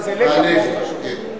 אז היו מעלים שחקנים מהנוער.